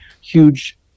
huge